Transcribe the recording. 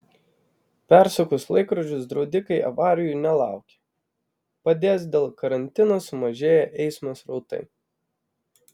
persukus laikrodžius draudikai avarijų nelaukia padės dėl karantino sumažėję eismo srautai